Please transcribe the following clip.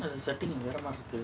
setting